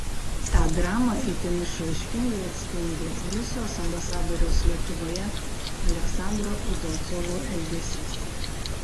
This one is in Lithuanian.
tą dramą itin išraiškingai atspindi rusijos ambasadoriaus lietuvoje aleksandro udalcovo elgesys